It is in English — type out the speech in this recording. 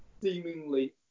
seemingly